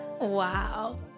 Wow